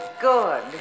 Good